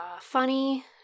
Funny